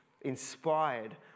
inspired